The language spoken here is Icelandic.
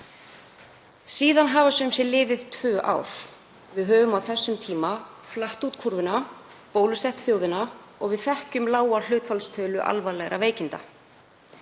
Síðan hafa sum sé liðið tvö ár. Við höfum á þessum tíma flatt út kúrfuna, bólusett þjóðina og við þekkjum lága hlutfallstölu alvarlegra veikinda.